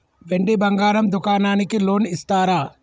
వెండి బంగారం దుకాణానికి లోన్ ఇస్తారా?